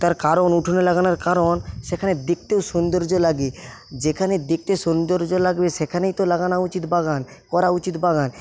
তার কারণ উঠোনে লাগানোর কারণ সেখানে দেখতেও সৌন্দর্য লাগে যেখানে দেখতে সৌন্দর্য লাগবে সেখানেই তো লাগানো উচিৎ বাগান করা উচিৎ বাগান